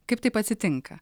kaip taip atsitinka